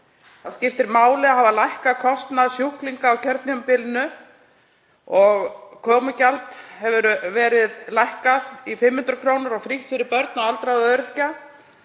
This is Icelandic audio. Það skiptir máli að hafa lækkað kostnað sjúklinga á kjörtímabilinu og komugjald hefur verið lækkað í 500 kr. og frítt fyrir börn, aldraða og öryrkja.